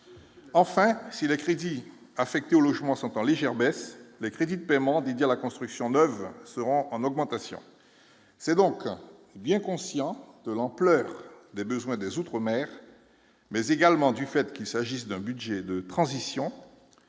enfin si les crédits affectés au logement sont en légère baisse les crédits de paiement des dire la construction neuve seront en augmentation, c'est donc bien conscient de l'ampleur des besoins des outre-mer mais également du fait qu'il s'agisse d'un budget de transition